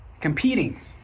competing